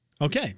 Okay